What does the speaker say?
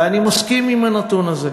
ואני מסכים עם הנתון הזה.